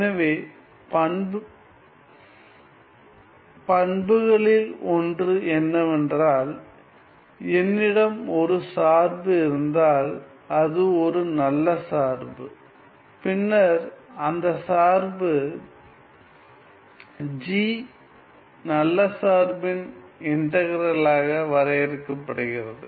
எனவே பண்புகளில் ஒன்று என்னவென்றால் என்னிடம் ஒரு சார்பு இருந்தால் அது ஒரு நல்ல சார்பு பின்னர் இந்த சார்பு g நல்ல சார்பின் இன்டகிறலாக வரையறுக்கப்படுகிறது